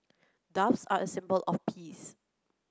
doves are a symbol of peace